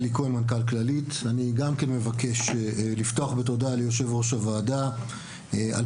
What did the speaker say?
אני גם מבקש לפתוח בתודה ליושב-ראש הוועדה על